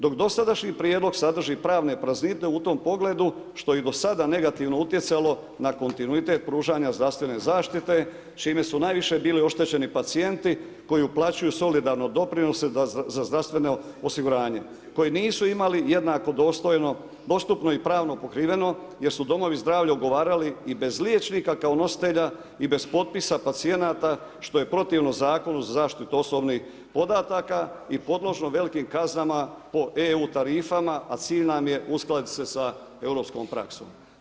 Dok dosadašnji prijedlog sadrži pravne praznine u tom pogledu, što je i do sada negativno utjecalo na kontinuitet pružanja zdravstvene zaštite, čime su najviše bili oštećeni pacijenti koji uplaćuju solidarno doprinose da za zdravstveno osiguranje, koji nisu imali jednako dostupno i pravno pokriveno, jer su domovi zdravlja ugovarali i bez liječnika kao nositelja i bez potpisa pacijenata što je protivno Zakonu za zaštitu osobnih podataka i podložno velikim kaznama po EU tarifama a cilj nam je uskladiti se sa europskom praksom.